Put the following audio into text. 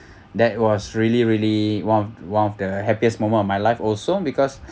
that was really really one one of the happiest moment of my life also because